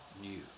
new